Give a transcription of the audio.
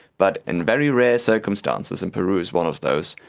but in very rare circumstances, and peru is one of those,